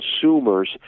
consumers